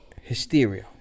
hysteria